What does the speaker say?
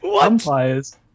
umpires